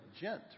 gent